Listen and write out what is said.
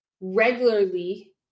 regularly